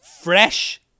fresh